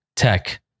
tech